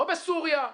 לא בסוריה,